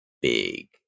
big